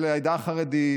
של העדה החרדית,